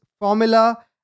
formula